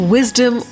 Wisdom